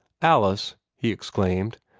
alice, he exclaimed,